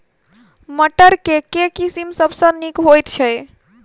मटर केँ के किसिम सबसँ नीक होइ छै?